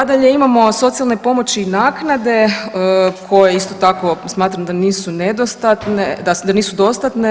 Nadalje, imamo socijalne pomoći i naknade koje isto tako smatram da nisu nedostatne, da nisu dostatne.